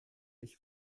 ich